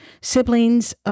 siblings